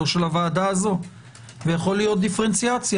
ויכולה להיות דיפרנציאציה.